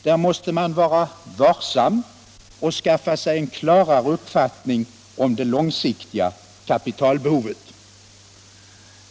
Där måste man vara varsam och skaffa sig en klarare uppfattning om det långsiktiga kapitalbehovet.